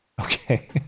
Okay